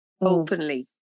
openly